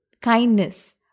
kindness